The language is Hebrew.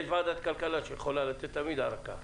יש ועדת כלכלה שיכולה לתת תמיד ארכה.